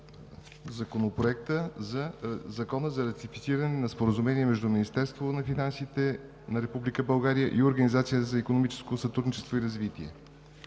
Законопроекта за ратифициране на Споразумението между Министерството на финансите на Република България и Организацията за икономическо сътрудничество и развитие